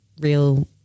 real